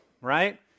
Right